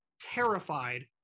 terrified